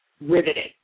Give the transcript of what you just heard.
riveted